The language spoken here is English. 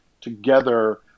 together